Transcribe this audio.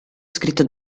scritto